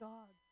God